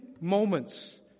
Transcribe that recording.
moments